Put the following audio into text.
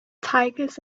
tigers